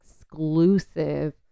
exclusive